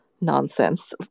nonsense